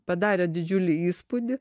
padarė didžiulį įspūdį